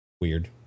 Weird